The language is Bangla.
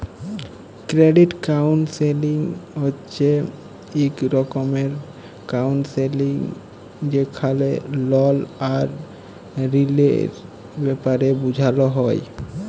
ক্রেডিট কাউল্সেলিং হছে ইক রকমের কাউল্সেলিং যেখালে লল আর ঋলের ব্যাপারে বুঝাল হ্যয়